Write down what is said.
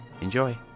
Enjoy